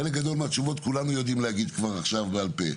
חלק גדול מהתשובות כולנו יודעים להגיד כבר עכשיו בעל פה.